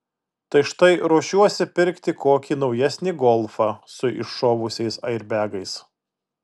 tai štai ruošiuosi pirkti kokį naujesnį golfą su iššovusiais airbegais